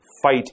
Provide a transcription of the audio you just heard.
fight